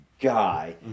guy